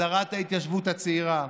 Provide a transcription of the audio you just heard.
הסדרת ההתיישבות הצעירה,